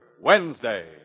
Wednesday